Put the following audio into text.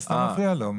אתה סתם מפריע לו.